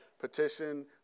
petition